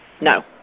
No